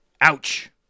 Ouch